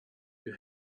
you